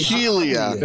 Helia